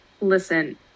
Listen